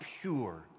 pure